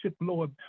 Lord